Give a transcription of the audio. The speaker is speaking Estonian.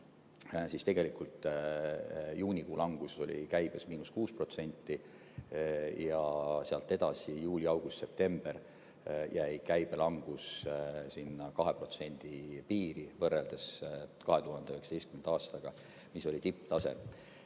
siis tegelikult juunikuu käibe langus oli 6%. Ja sealt edasi, juuli, august, september jäi käibe langus 2% piiri võrreldes 2019. aastaga, mis oli tipptase